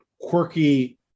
quirky